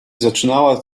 zaczynała